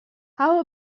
how